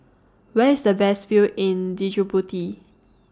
Where IS The Best View in Djibouti